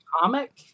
comic